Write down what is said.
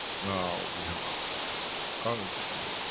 now, we have our currency,